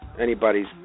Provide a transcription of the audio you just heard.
anybody's